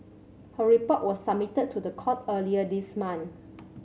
her report was submitted to the court earlier this month